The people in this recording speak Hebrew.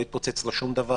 לא התפוצץ להם שום דבר,